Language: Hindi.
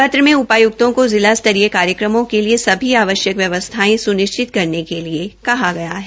पत्र में उपायुक्तों को जिला स्तरीय कार्यक्रमों के लिए सभी आवश्यक व्यवस्थाएं स्निश्चित करने के लिए कहा गया है